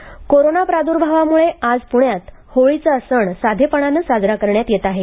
Holi corona प्रादुर्भावामुळे आज पुण्यात होळीचा सण साधेपणाने साजरा करण्यात येत आहे